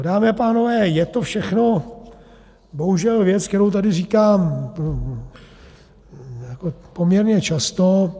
Dámy a pánové, je to všechno bohužel věc, kterou tady říkám poměrně často.